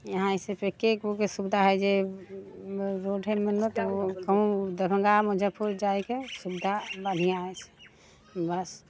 इहाँ सिर्फ एकेगोके सुविधा हय जे रोडे मने दरभंगा मुजफ्फरपुर जाइके सुविधा बन्हािआ हय बस